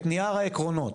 את נייר העקרונות.